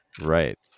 Right